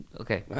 okay